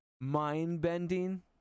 mind-bending